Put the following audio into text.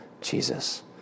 Jesus